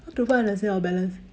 how to find the sale of balance